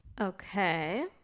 Okay